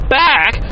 back